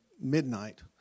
midnight